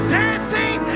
dancing